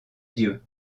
dieu